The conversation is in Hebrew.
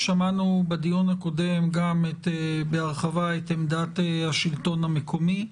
ששמענו בדיון הקודם גם בהרחבה את עמדת השלטון המקומי.